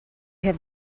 have